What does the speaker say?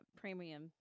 premium